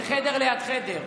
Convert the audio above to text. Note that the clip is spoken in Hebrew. זה חדר ליד חדר.